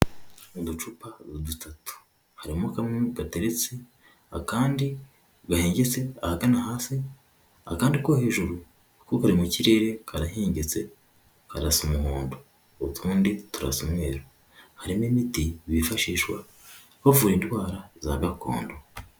Uducupa dutatu harimo kamwe gateretse akandi gahengetse ahagana hasi, akandi ko hejuru ko kari mu kirere karahengetse karasa umuhondo utundi turasa umweru, harimo imiti bifashisha bavura indwara za gakondo.